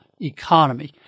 economy